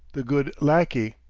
the good laquey,